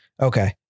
Okay